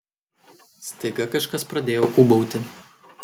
staiga kažkas pradėjo ūbauti